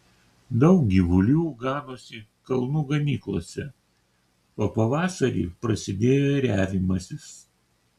daug gyvulių ganosi kalnų ganyklose o pavasarį prasidėjo ėriavimasis